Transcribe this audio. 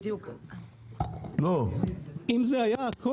אם זה היה נתח